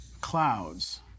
clouds